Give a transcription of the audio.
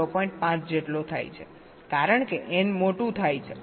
5 જેટલો થાય છે કારણ કે n મોટું થાય છે